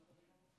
בפשיעה.